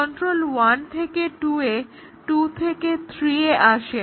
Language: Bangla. কন্ট্রোল 1 থেকে 2 এ 2 থেকে 3 এ আসে